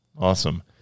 Awesome